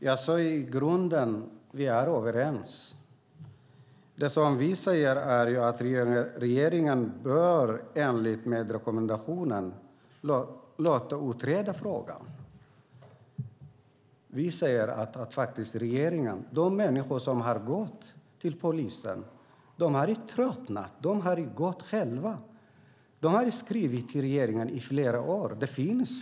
Herr talman! I grunden är vi överens. Det som vi säger är att regeringen enligt FN-rekommendationen bör låta utreda frågan. De människor som har gått till polisen har tröttnat. De har skrivit till regeringen i flera år.